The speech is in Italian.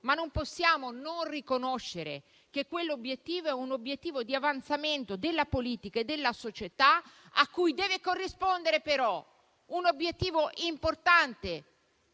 ma non possiamo non riconoscere che questo sia un obiettivo di avanzamento della politica e della società, a cui ne deve corrispondere però uno importante